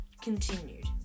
continued